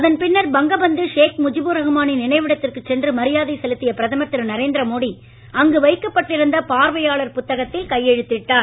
அதன் பின்னர் பங்கபந்து ஷேக் முஜீபுர் ரகுமானின் நினைவிடத்திற்கு சென்று மரியாதை செலுத்திய பிரதமர் திரு நரேந்திர மோடி அங்கு வைக்கப்பட்டிருந்த பார்வையாளர் புத்தகத்தில் கையெழுத்திட்டார்